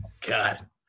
God